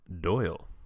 Doyle